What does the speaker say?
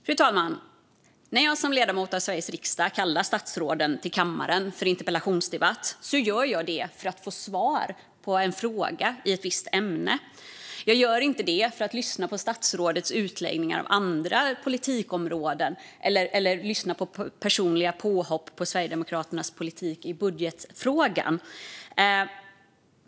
Fru talman! När jag som ledamot av Sveriges riksdag kallar statsråd till kammaren för interpellationsdebatt gör jag det för att få svar på en fråga i ett visst ämne. Jag gör det inte för att lyssna på statsrådets utläggningar om andra politikområden eller påhopp på Sverigedemokraternas politik i budgetfrågan.